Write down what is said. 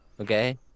Okay